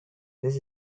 this